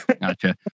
Gotcha